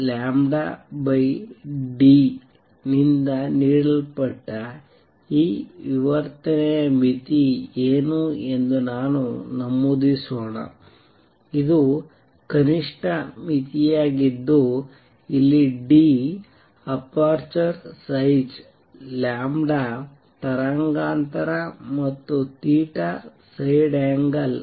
θλd ನಿಂದ ನೀಡಲ್ಪಟ್ಟ ಈ ವಿವರ್ತನೆಯ ಮಿತಿ ಏನು ಎಂದು ನಾನು ನಮೂದಿಸೋಣ ಇದು ಕನಿಷ್ಟ ಮಿತಿಯಾಗಿದ್ದು ಇಲ್ಲಿ d ಅಪರ್ಚುರ್ ಸೈಜ್ ತರಂಗಾಂತರ ಮತ್ತು ಸ್ಪ್ರೆಡ್ ಆಂಗಲ್